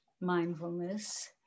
mindfulness